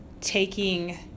taking